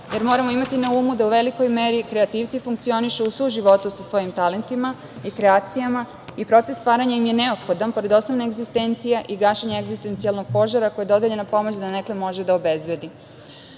jer moramo imati na umu da u velikoj meri kreativci funkcionišu u suživotu sa svojim talentima i kreacijama i proces stvaranja im je neophodan pored osnovne egzistencije i gašenje egzistencijalnog požara. Koju dodeljena pomoć donekle može da obezbedi.S